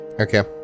Okay